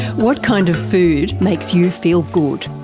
what kind of food makes you feel good?